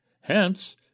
Hence